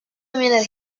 minute